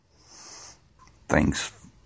Thanks